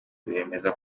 bemeza